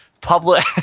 public